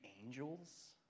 angels